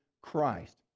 Christ